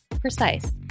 precise